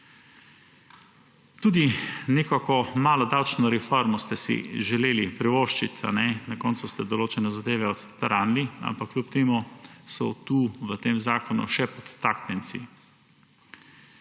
Tudi nekako malo davčno reformo ste si želeli privoščiti. Na koncu ste določene zadeve odstranili, ampak kljub temu so tu, v tem zakonu še potaknjenci.